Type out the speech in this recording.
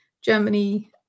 Germany